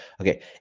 Okay